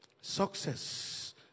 success